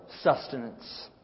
sustenance